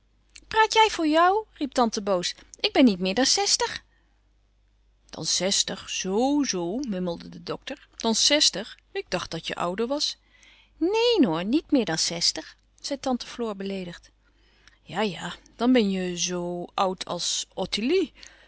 praat jij voor jou riep tante boos ik ben niet meer dan sestig dan zestig zoo-zoo mummelde de dokter dan zestig ik dacht dat je ouder was neen hoor niet meer dan sèstig zei tante floor beleedigd ja-ja dan ben je zoo oud als